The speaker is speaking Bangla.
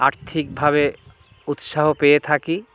আর্থিকভাবে উৎসাহ পেয়ে থাকি